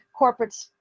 corporates